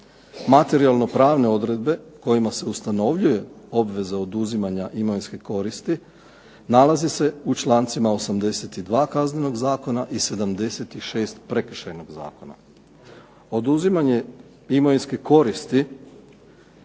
Materijalno-pravne odredbe kojima se ustanovljuje obveza oduzimanja imovinske koristi nalazi se u člancima 82. Kaznenog zakona i 76. Prekršajnog zakona. Oduzimanje imovinske koristi